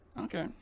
Okay